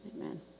amen